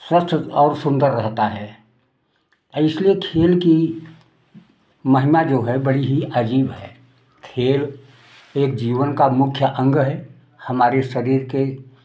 स्वस्थ और सुन्दर रहता है आ इसलिए खेल की महिमा जो है बड़ी ही अजीब है खेल एक जीवन का मुख्य अंग है हमारे शरीर के